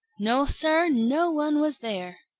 no, sir, no one was there!